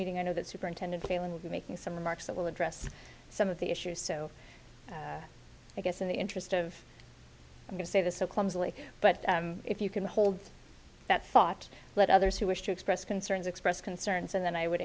meeting i know that superintendent failon will be making some remarks that will address some of the issues so i guess in the interest of i'm going to say this so clumsily but if you can hold that thought let others who wish to express concerns expressed concerns and then i would